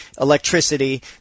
electricity